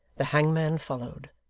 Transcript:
the hangman followed.